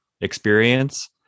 experience